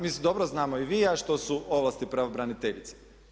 Mislim, dobro znamo i vi i ja što su ovlasti pravobraniteljice.